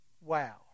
Wow